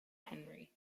henri